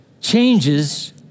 changes